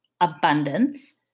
abundance